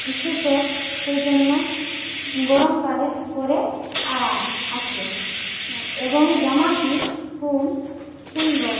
সুতোর সেই জন্য গরমকালে পরে আরাম আছে এবং জামাটি খুব সুন্দর